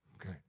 okay